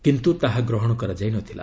କିନ୍ତୁ ତାହା ଗ୍ରହଣ କରାଯାଇନଥିଲା